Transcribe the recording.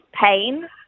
pain